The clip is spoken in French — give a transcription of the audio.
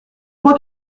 crois